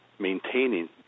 maintaining